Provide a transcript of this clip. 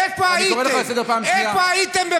איפה הייתם?